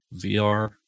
VR